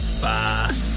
Bye